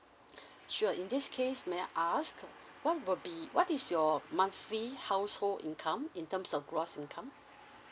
sure in this case may I ask what will be what is your monthly household income in terms of gross income